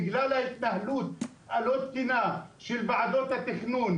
בגלל ההתנהלות הלא תקינה של ועדות התכנון.